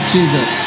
Jesus